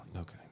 Okay